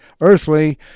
earthly